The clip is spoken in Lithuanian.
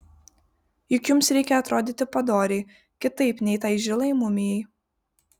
juk jums reikia atrodyti padoriai kitaip nei tai žilai mumijai